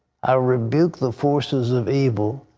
i rebuke the forces of evil.